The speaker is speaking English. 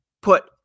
put